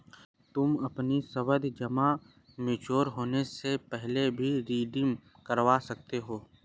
तुम अपनी सावधि जमा मैच्योर होने से पहले भी रिडीम करवा सकते हो